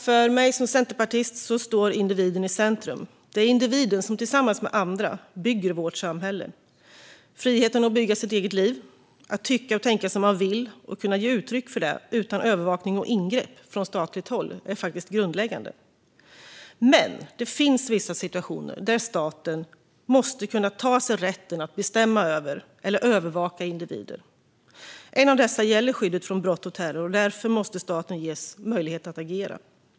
För mig som centerpartist står individen i centrum. Det är individen som, tillsammans med andra, bygger vårt samhälle. Friheten att bygga sitt eget liv, tycka och tänka som man vill och ge uttryck för det utan övervakning och ingrepp från statligt håll är grundläggande. Men det finns vissa situationer där staten måste kunna ta sig rätten att bestämma över eller övervaka individer. En av dessa gäller skyddet från brott och terror. Därför måste staten ges möjlighet att agera.